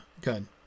good